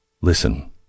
Listen